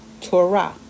Torah